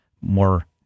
more